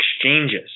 exchanges